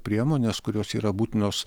priemonės kurios yra būtinos